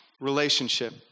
relationship